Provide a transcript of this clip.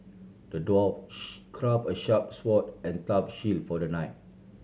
the dwarf crafted a sharp sword and a tough shield for the knight